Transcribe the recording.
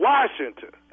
Washington